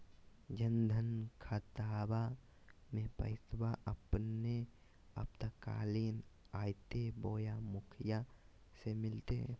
जन धन खाताबा में पैसबा अपने आपातकालीन आयते बोया मुखिया से मिलते?